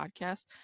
podcast